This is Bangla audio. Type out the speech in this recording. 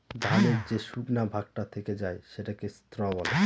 ধানের যে শুকনা ভাগটা থেকে যায় সেটাকে স্ত্র বলে